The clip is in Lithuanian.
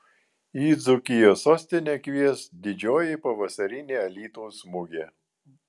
į dzūkijos sostinę kvies didžioji pavasarinė alytaus mugė